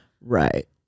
right